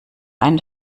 einen